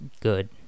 good